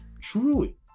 Truly